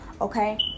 okay